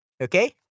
Okay